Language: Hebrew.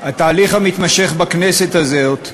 התהליך המתמשך בכנסת הזאת,